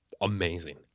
amazing